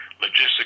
logistics